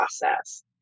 process